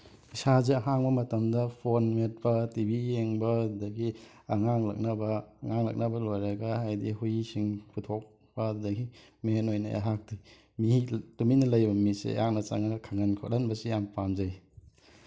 ꯏꯁꯥꯁꯦ ꯑꯍꯥꯡꯕ ꯃꯇꯝꯗ ꯐꯣꯟ ꯃꯦꯠꯄ ꯇꯤ ꯚꯤ ꯌꯦꯡꯕ ꯑꯗꯒꯤ ꯑꯉꯥꯡ ꯂꯛꯅꯕ ꯑꯉꯥꯡ ꯂꯛꯅꯕ ꯂꯣꯏꯔꯒ ꯍꯥꯏꯗꯤ ꯍꯨꯏꯁꯤꯡ ꯄꯨꯊꯣꯛꯄ ꯑꯗꯒꯤ ꯃꯦꯟ ꯑꯣꯏꯅ ꯑꯩꯍꯥꯛꯇꯤ ꯃꯤ ꯇꯨꯃꯤꯟꯅ ꯂꯩꯕ ꯃꯤꯁꯦ ꯑꯩꯍꯥꯛꯅ ꯆꯪꯉꯒ ꯈꯪꯍꯟ ꯈꯣꯠꯍꯟꯕꯁꯤ ꯌꯥꯝ ꯄꯥꯝꯖꯩ